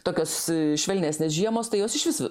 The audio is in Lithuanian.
tokios švelnesnės žiemos tai jos išvis